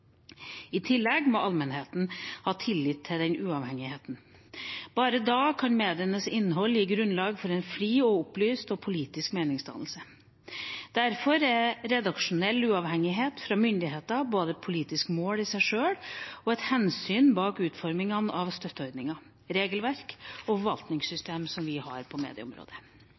I tillegg må allmennheten ha tillit til den uavhengigheten. Bare da kan medienes innhold gi grunnlag for en fri og opplyst politisk meningsdannelse. Derfor er redaksjonell uavhengighet fra myndigheter både et politisk mål i seg sjøl og et hensyn bak utformingen av støtteordninger, regelverk og forvaltningssystem som vi har på medieområdet.